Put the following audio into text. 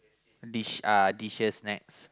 dish uh dishes next